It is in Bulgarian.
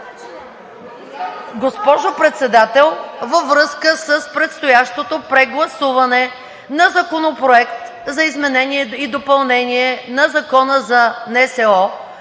Госпожо Председател, във връзка с предстоящото прегласуване на Законопроекта за изменение и допълнение на Закона за НСО